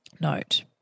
note